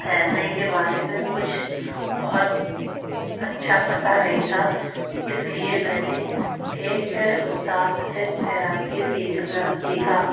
تیرنے کے بارے میں کچھ بہت اچھا پتہ نہیں تھا اس لیے میں نے ایک استاد سے تیراکی سیکھنا سیکھا